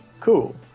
cool